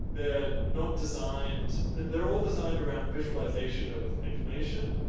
they're not designed, they're all designed around visualization of information,